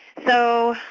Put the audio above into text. so,